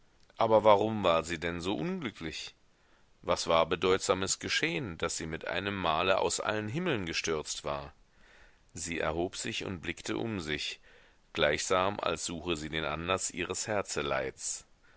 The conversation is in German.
aber warum war sie denn so unglücklich was war bedeutsames geschehen daß sie mit einem male aus allen himmeln gestürzt war sie erhob sich und blickte um sich gleichsam als suche sie den anlaß ihres herzeleids